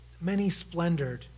many-splendored